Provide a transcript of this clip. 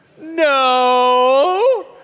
No